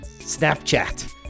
Snapchat